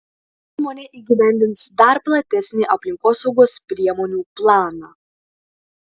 įmonė įgyvendins dar platesnį aplinkosaugos priemonių planą